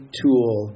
tool